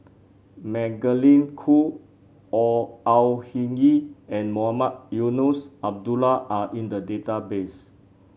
Magdalene Khoo Or Au Hing Yee and Mohamed Eunos Abdullah are in the database